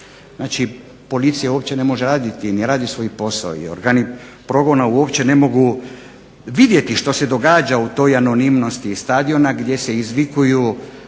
Znači policija uopće ne može raditi, ne radi svoj posao i organi progona uopće ne mogu vidjeti što se događa u toj anonimnosti stadiona gdje se izvikuju